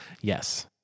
Yes